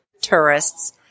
tourists